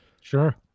Sure